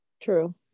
True